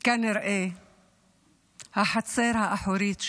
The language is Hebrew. כנראה החצר האחורית שלה.